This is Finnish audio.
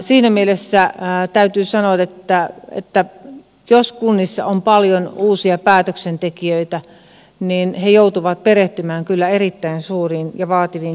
siinä mielessä täytyy sanoa että jos kunnissa on paljon uusia päätöksentekijöitä niin he joutuvat perehtymään kyllä erittäin suuriin ja vaativiin kysymyksiin